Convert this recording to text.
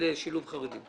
לשילוב חרדים?